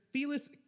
Felis